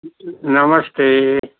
नमस्ते